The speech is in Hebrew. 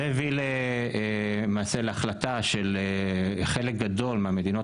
זה הביא למעשה להחלטה של חלק גדול מהמדינות